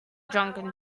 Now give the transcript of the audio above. drunken